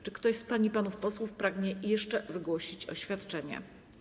Czy ktoś z pań i panów posłów pragnie jeszcze wygłosić oświadczenie?